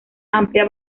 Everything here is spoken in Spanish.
amplia